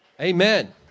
Amen